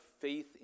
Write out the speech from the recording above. faith